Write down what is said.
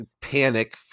panic